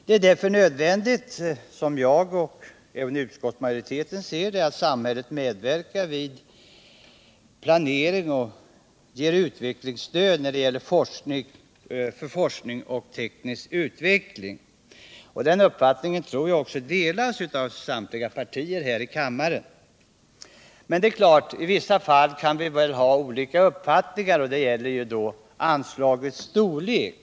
Som jag och även utskottsmajoriteten ser på saken är det därför nödvändigt att samhället samverkar vid planeringen och även ger stöd när det gäller forskning och teknisk utveckling. Jag tror att denna uppfattning delas av samtliga partier här i kammaren. Men det är klart att vi i vissa fall kan ha olika uppfattningar och det gäller anslagets storlek.